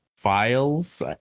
Files